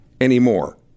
anymore